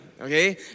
okay